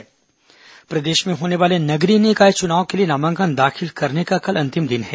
नगरीय निकाय चुनाव प्रदेश में होने वाले नगरीय निकाय चुनाव के लिए नामांकन दाखिल करने का कल अंतिम दिन है